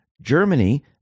Germany